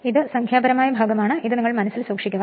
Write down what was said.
ഇത് സംഖ്യാപരമായ ഭാഗമാണ് നിങ്ങൾ ഇത് മനസ്സിൽ വെയ്ക്കുക